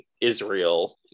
Israel